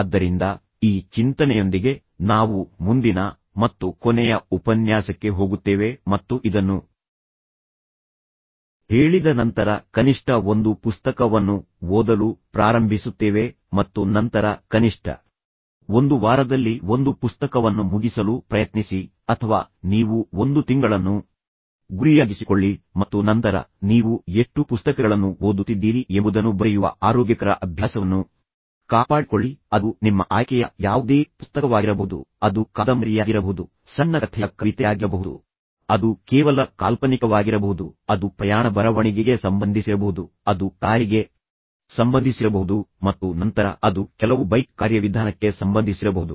ಆದ್ದರಿಂದ ಈ ಚಿಂತನೆಯೊಂದಿಗೆ ನಾವು ಮುಂದಿನ ಮತ್ತು ಕೊನೆಯ ಉಪನ್ಯಾಸಕ್ಕೆ ಹೋಗುತ್ತೇವೆ ಮತ್ತು ಇದನ್ನು ಹೇಳಿದ ನಂತರ ಕನಿಷ್ಠ ಒಂದು ಪುಸ್ತಕವನ್ನು ಓದಲು ಪ್ರಾರಂಭಿಸುತ್ತೇವೆ ಮತ್ತು ನಂತರ ಕನಿಷ್ಠ ಒಂದು ವಾರದಲ್ಲಿ ಒಂದು ಪುಸ್ತಕವನ್ನು ಮುಗಿಸಲು ಪ್ರಯತ್ನಿಸಿ ಅಥವಾ ನೀವು ಒಂದು ತಿಂಗಳನ್ನೂ ಗುರಿಯಾಗಿಸಿಕೊಳ್ಳಿ ಮತ್ತು ನಂತರ ನೀವು ಎಷ್ಟು ಪುಸ್ತಕಗಳನ್ನು ಓದುತ್ತಿದ್ದೀರಿ ಎಂಬುದನ್ನು ಬರೆಯುವ ಆರೋಗ್ಯಕರ ಅಭ್ಯಾಸವನ್ನು ಕಾಪಾಡಿಕೊಳ್ಳಿ ಅದು ನಿಮ್ಮ ಆಯ್ಕೆಯ ಯಾವುದೇ ಪುಸ್ತಕವಾಗಿರಬಹುದು ಅದು ಕಾದಂಬರಿಯಾಗಿರಬಹುದು ಸಣ್ಣ ಕಥೆಯ ಕವಿತೆಯಾಗಿರಬಹುದು ಅದು ಕೇವಲ ಕಾಲ್ಪನಿಕವಾಗಿರಬಹುದು ಅದು ಪ್ರಯಾಣ ಬರವಣಿಗೆಗೆ ಸಂಬಂಧಿಸಿರಬಹುದು ಅದು ಕಾರಿಗೆ ಸಂಬಂಧಿಸಿರಬಹುದು ಮತ್ತು ನಂತರ ಅದು ಕೆಲವು ಬೈಕ್ ಕಾರ್ಯವಿಧಾನಕ್ಕೆ ಸಂಬಂಧಿಸಿರಬಹುದು